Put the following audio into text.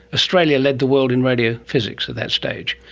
australia led the world in radio physics at that stage,